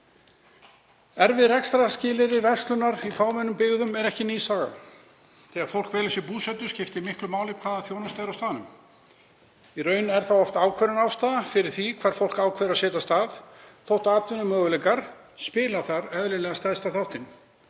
Erfið rekstrarskilyrði verslunar í fámennum byggðum er ekki ný saga. Þegar fólk velur sér búsetu skiptir miklu máli hvaða þjónusta er á staðnum. Í raun er það oft ákveðin ástæða fyrir því hvar fólk ákveður að setjast að þótt atvinnumöguleikar eigi þar eðlilega stærsta þáttinn.